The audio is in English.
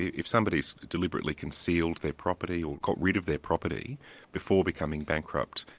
if somebody has deliberately concealed their property or got rid of their property before becoming bankrupt,